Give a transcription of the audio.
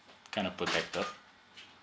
kind of